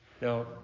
Now